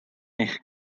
eich